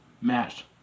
match